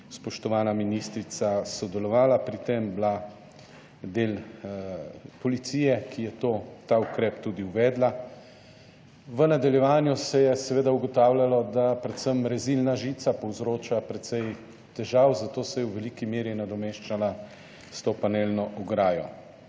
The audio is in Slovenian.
spoštovana ministrica sodelovala pri tem, bila del policije, ki je to, ta ukrep tudi uvedla. V nadaljevanju se je seveda ugotavljalo, da predvsem rezilna žica povzroča precej težav, zato se je v veliki meri nadomeščala s to panelno ograjo.